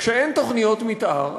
כשאין תוכניות מתאר,